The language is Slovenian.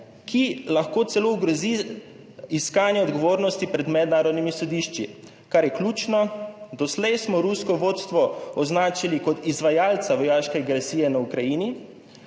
(nadaljevanje) odgovornosti pred mednarodnimi sodišči, kar je ključno. Doslej smo rusko vodstvo označili kot izvajalca vojaške agresije na Ukrajini.